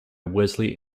wesley